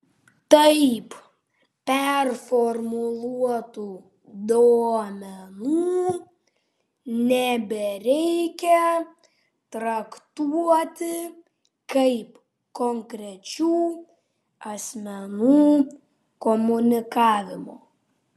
taip performuluotų duomenų nebereikia traktuoti kaip konkrečių asmenų komunikavimo